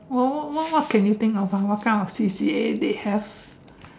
what what what what can you think of ah what kind of C_C_A they have